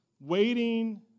Waiting